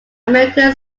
american